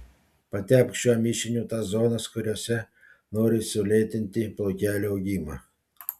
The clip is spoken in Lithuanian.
patepk šiuo mišiniu tas zonas kuriose nori sulėtinti plaukelių augimą